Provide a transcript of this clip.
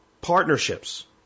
partnerships